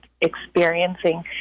experiencing